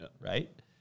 right